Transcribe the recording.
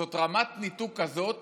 זאת רמת ניתוק כזאת